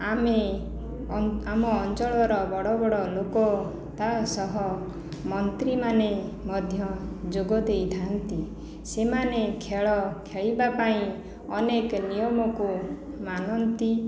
ଆମେ ଆମ ଅଞ୍ଚଳର ବଡ଼ ବଡ଼ ଲୋକ ତା ସହ ମନ୍ତ୍ରୀମାନେ ମଧ୍ୟ ଯୋଗ ଦେଇଥାନ୍ତି ସେମାନେ ଖେଳ ଖେଳିବା ପାଇଁ ଅନେକ ନିୟମକୁ ମାନନ୍ତି